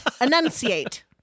Enunciate